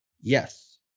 Yes